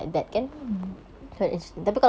mm betul